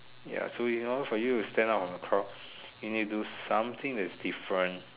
ya so in order for you to standout from the crowd you need to do something that is different